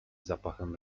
zapachem